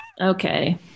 Okay